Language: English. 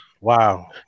Wow